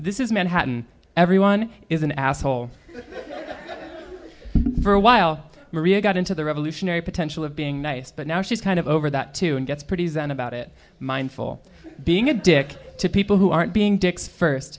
this is manhattan everyone is an asshole for a while maria got into the revolutionary potential of being nice but now she's kind of over that too and gets pretty zen about it mindful being a dick to people who aren't being